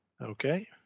Okay